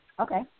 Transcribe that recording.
Okay